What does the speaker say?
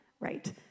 Right